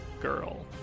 Girl